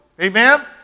Amen